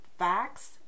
facts